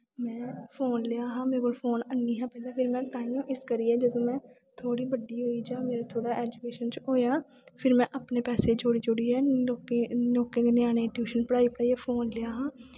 phone लेआ हा मेरे कोल फोन हैन्नी हा पैह्लैं में तांइयैं इस करियै जदूं में थोह्ड़ी बड्डी होई जां थोह्ड़ा ऐजुकेशन च होएआ फिर में अपने पैसे जोड़ी जोड़ियै में लोकें दे ञ्यानें गी टयूशन पढ़ाई पढ़ाइयै फोन लेआ हा